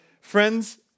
Friends